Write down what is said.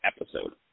episode